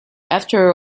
after